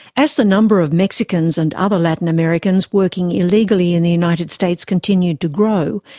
as the number of mexicans and other latin americans working illegally in the united states continued to grow,